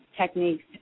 techniques